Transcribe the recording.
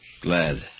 Glad